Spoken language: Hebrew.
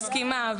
מסכימה,